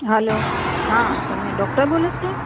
હાલો હા તમે ડોક્ટર બોલો છો